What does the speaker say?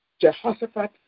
Jehoshaphat